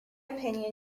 opinion